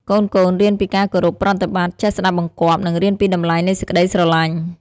កូនៗរៀនពីការគោរពប្រតិបត្តិ ចេះស្តាប់បង្គាប់ និងរៀនពីតម្លៃនៃសេចក្តីស្រឡាញ់។